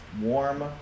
warm